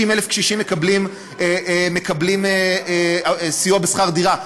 60,000 קשישים מקבלים סיוע בשכר-דירה,